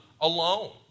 alone